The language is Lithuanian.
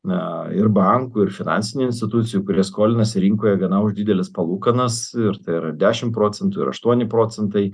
na ir bankų ir finansinių institucijų kurie skolinasi rinkoje gana už dideles palūkanas ir tai yra ir dešim procentų ir aštuoni procentai